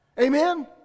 amen